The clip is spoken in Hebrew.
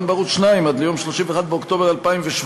בערוץ 2 עד ליום 31 באוקטובר 2017,